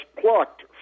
plucked